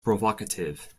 provocative